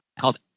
called